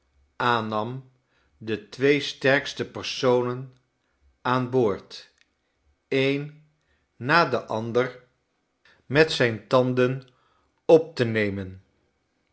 aannam de twee sterkste personen aan boord een na den ander genua en hare omstreken met zyne tanden op te nemen